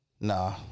nah